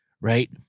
right